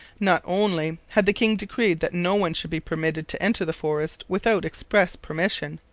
not only had the king decreed that no one should be permitted to enter the forest without express permission,